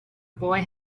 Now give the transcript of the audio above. boy